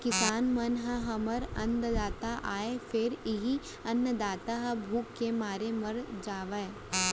किसान मन ह हमर अन्नदाता आय फेर इहीं अन्नदाता ह भूख के मारे मर जावय